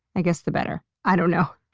i guess, the better. i don't know.